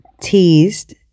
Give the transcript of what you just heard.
teased